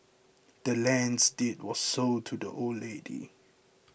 the land's deed was sold to the old lady